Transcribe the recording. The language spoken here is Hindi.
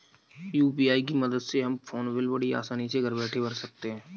यू.पी.आई की मदद से हम फ़ोन बिल बड़ी आसानी से घर बैठे भर सकते हैं